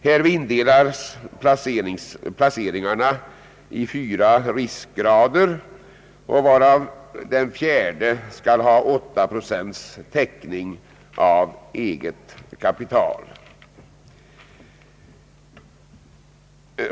Härvid indelas placeringarna i fyra riskgrader, varav den fjärde skall ha 8 procents täckning av eget kapital.